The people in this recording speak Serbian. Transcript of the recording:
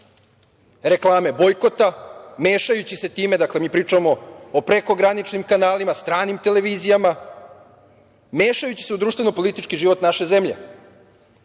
reklame bojkota, mešajući se time, dakle, mi pričamo o prekograničnim kanalima, stranim televizijama, mešajući se u društveno-politički život naše zemlje